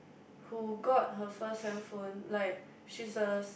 who got her first handphone like she's a s~